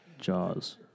Jaws